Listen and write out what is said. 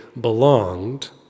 belonged